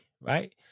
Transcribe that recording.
right